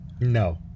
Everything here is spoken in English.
No